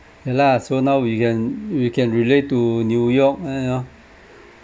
ya lah so now we can we can relate to new york ah you know